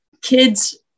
kids